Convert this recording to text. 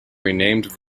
renamed